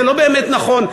זה לא באמת נכון.